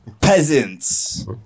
peasants